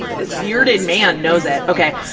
this bearded man knows that. okay.